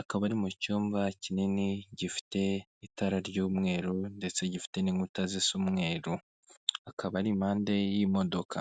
akaba ari mucyumba kinini gifite itara ry'umweru ndetse gifite n'inkuta zisa umweru, akaba ari impande y'imodoka.